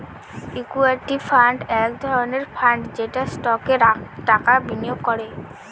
equity fund এক ধরনের fund যেটা স্টকে টাকা বিনিয়োগ করে